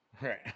Right